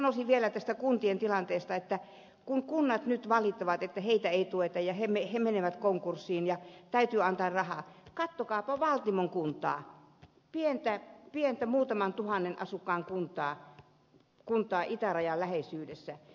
sanoisin vielä tästä kuntien tilanteesta että kun kunnat nyt valittavat että heitä ei tueta ja he menevät konkurssiin ja täytyy antaa rahaa katsokaapa valtimon kuntaa pientä muutaman tuhannen asukkaan kuntaa itärajan läheisyydessä